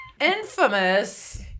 Infamous